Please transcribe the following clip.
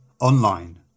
online